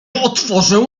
otworzę